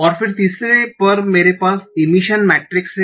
और फिर तीसरे पर मेरे पास इमिशन मैट्रिक्स है